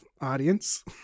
audience